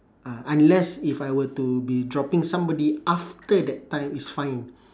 uh unless if I were to be dropping somebody after that time it's fine